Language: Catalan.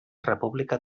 república